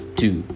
two